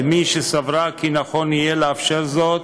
למי שסברה כי נכון יהיה לאפשר זאת,